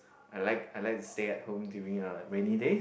I like I like to stay at home during a rainy days